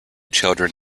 children